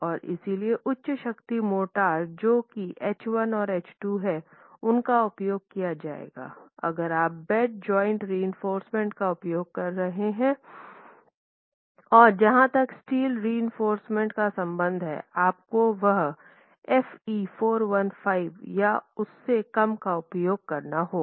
और इसलिए उच्च शक्ति मोर्टार जो की H1 और H2 हैं उनका उपयोग किया जायेगा अगर आप बेड जॉइंट रिइंफोर्समेन्ट का उपयोग कर रहे हैं और जहाँ तक स्टील रिइंफोर्समेन्ट का संबंध है आपको वह Fe 415 या उससे कम का उपयोग करना होगा